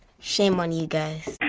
shame on you guys.